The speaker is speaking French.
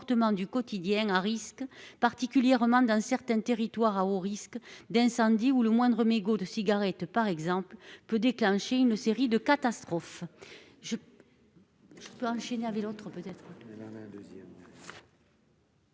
du quotidien à risques particulièrement d'un certain territoire à haut risque d'incendie ou le moindre mégot de cigarette par exemple peut déclencher une série de catastrophes